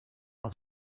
but